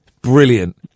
Brilliant